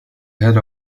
head